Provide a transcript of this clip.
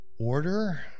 order